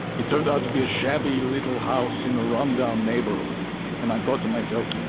it turned out to be a shabby little house in a run-down neighborhood and i thought to myself,